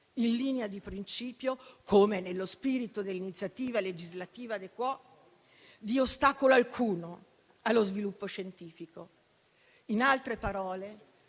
in linea di principio - come nello spirito dell'iniziativa legislativa *de quo* - di ostacolo alcuno allo sviluppo scientifico. In altre parole,